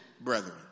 brethren